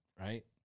right